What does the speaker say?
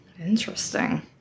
Interesting